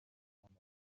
mandat